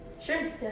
Sure